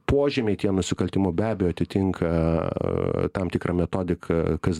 požymiai tie nusikaltimai be abejo atitinka tam tikrą metodiką kas